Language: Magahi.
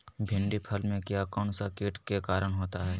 भिंडी फल में किया कौन सा किट के कारण होता है?